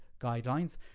guidelines